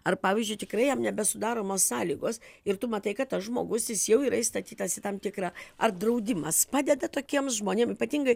ar pavyzdžiui tikrai jam nesudaromos sąlygos ir tu matai kad tas žmogus jis jau yra įstatytas į tam tikrą ar draudimas padeda tokiems žmonėm ypatingai